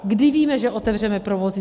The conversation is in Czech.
Kdy víme, že otevřeme provozy?